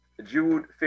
jude